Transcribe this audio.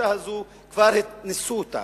אני אומר לך, הגישה הזו כבר ניסו אותה.